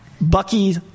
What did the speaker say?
Bucky